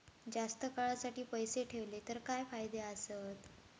जास्त काळासाठी पैसे ठेवले तर काय फायदे आसत?